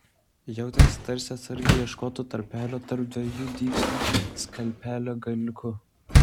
jautėsi tarsi atsargiai ieškotų tarpelio tarp dviejų dygsnių skalpelio galiuku